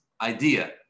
idea